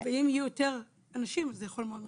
ואם יהיו יותר אנשים זה יכול מאוד לעזור.